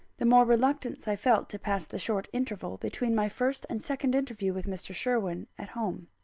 the more reluctance i felt to pass the short interval between my first and second interview with mr. sherwin, at home.